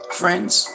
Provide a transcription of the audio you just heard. friends